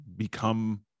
become